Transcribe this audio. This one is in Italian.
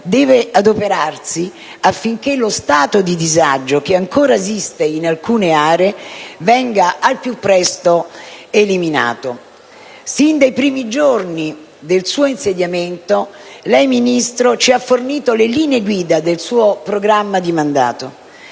deve adoperarsi affinché lo stato di disagio che ancora esiste in alcune aree venga al più presto eliminato. Sin dai primi giorni del suo insediamento lei, Ministro, ci ha fornito le linee guida del suo programma per